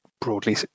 broadly